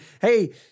Hey